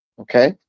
okay